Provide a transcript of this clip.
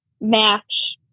match